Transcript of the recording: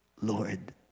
Lord